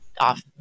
off